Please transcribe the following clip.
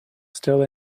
still